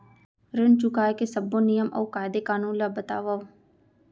ऋण चुकाए के सब्बो नियम अऊ कायदे कानून ला बतावव